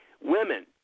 Women